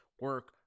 Work